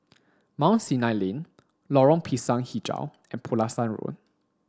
Mount Sinai Lane Lorong Pisang Hijau and Pulasan Road